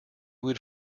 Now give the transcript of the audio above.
would